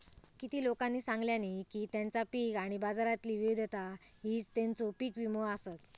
किती लोकांनी सांगल्यानी की तेंचा पीक आणि बाजारातली विविधता हीच तेंचो पीक विमो आसत